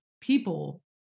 people